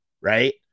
right